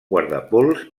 guardapols